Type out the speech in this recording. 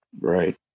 Right